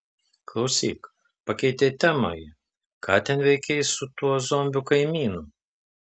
klausyk pakeitė temą ji ką ten veikei su tuo zombiu kaimynu